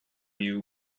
you